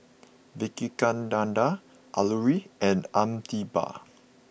Vivekananda Alluri and Amitabh